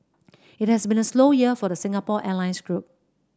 it has been a slow year for the Singapore Airlines group